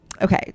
Okay